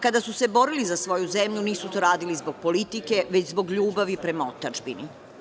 Kada su se borili za svoju zemlju nisu to radili zbog politike, već zbog ljubavi prema otadžbini.